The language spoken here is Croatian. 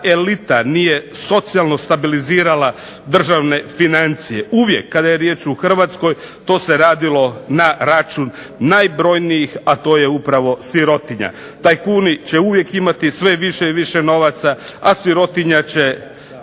elita nije socijalno stabilizirala državne financije. Uvijek kada je riječ u Hrvatskoj to se radilo na račun najbrojnijih a to je upravo sirotinja. Tajkuni će uvijek imati sve više i više novaca, a sirotinja će